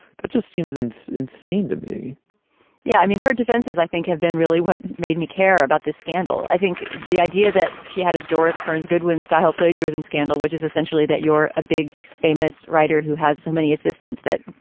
but just seems and insane to me yeah. i mean, her defenses i think have been really what made me care about this scandal. i think the idea that she had a doris kearns goodwin style plagiarism scandal, which is essentially that you're a big famous writer who has so many assistance that,